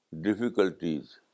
Difficulties